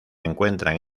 encuentran